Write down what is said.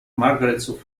margaret